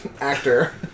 actor